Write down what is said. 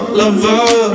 lover